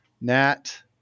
Nat